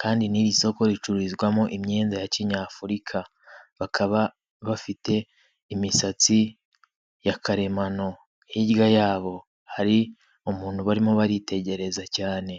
kandi n'iri soko ricururizwamo imyenda ya kinyafurika, bakaba bafite imisatsi ya karemano, hirya yabo hari umuntu barimo baritegereza cyane.